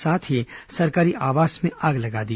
साथ ही सरकारी आवास में आग लगा दी